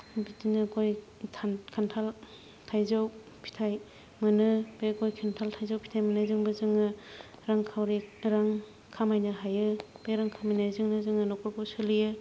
बिदिनो गय खान्थाल थाइजौ फिथाय मोनो बे गय खान्थाल थाइजौ फिथाय मोननायजोंबो जोङो रांखावरि रां खामायनो हायो बे रां खामायनायजोंनो जोङो न'खरखौ सोलियो